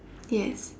yes